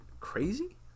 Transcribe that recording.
crazy